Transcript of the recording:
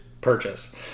purchase